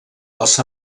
els